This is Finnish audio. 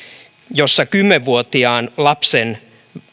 jossa kymmenen vuotiaan lapsen